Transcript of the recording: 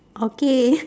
okay